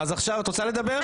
עכשיו את רוצה לדבר?